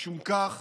משום כך